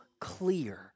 clear